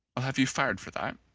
i'll have you fired for that.